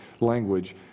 language